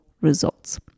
results